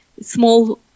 small